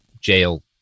jail